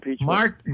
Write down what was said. Mark